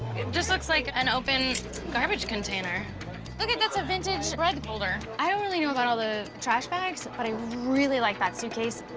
it just looks like an open garbage container. look at this vintage rug holder. i don't really know about all of the trash bags, but i really like that suitcase.